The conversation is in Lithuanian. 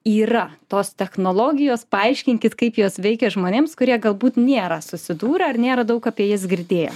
yra tos technologijos paaiškinkit kaip jos veikia žmonėms kurie galbūt nėra susidūrę ar nėra daug apie jas girdėję